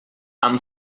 amb